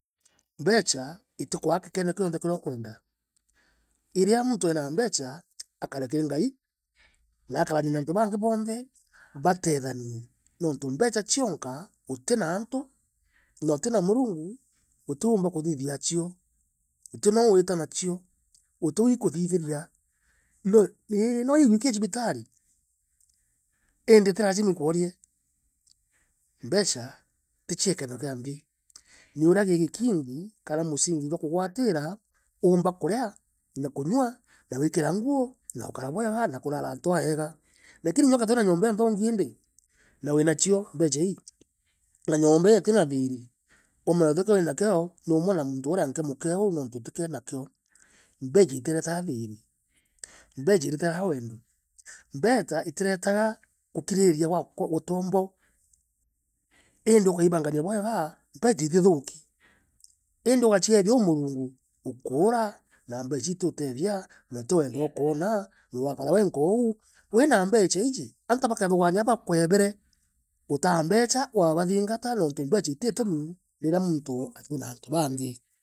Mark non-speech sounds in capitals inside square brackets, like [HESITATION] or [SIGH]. Mbecaa. itikua agike noki [UNINTELLIGIBLE] onthekira ukwenda. Irea munto aina mbecaa. akarekiri Ngai. na akarani ena antubangi bonthe. batee thanie. Ni untu mbecca cionka utina antu. nautina Murungu. utiu umba kuthithia achio. Utino owita nachio. utibu oikuthithiria [HESITATION] inoi iiinooiwikie cibitari, inditilasima ikuorie. Mbecca. ticio ikenokia Nthi. niuura kirigiking ikanamusingi jwakugwatira umbakurea nakunyua nawikiranguo nagukarabwega nakurara antuaega. Lakini inyauka ithirawina nyumba inthongiindi. nawinachio. mbecca iii. na nyumba ijiitinathiri umenye utikiowinakio. niumwena muntu ureankea mukeon iuntu utikioai nakio. Mbecca itirete ethiri. mbecca itireta awendo ombecca itiretaa gukiriria kwa utombo indiuka ibanga niabwega mbeca itithuki. Indi ugaicie thiauu Murungu ukuura. na mbeca iiitiutethia. utirewendo ukaonaa. ugakara wenkaaouu. Winambecca iiantu bathuganakia abakuebere utaambeca ukabathingata ni untumbeca itigitumirira munto atina antubangi.